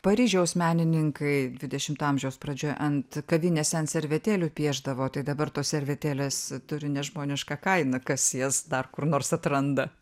paryžiaus menininkai dvidešimto amžiaus pradžioje ant kavinėse ant servetėlių piešdavo tai dabar tos servetėlės turi nežmonišką kainą kas jas dar kur nors atranda